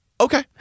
okay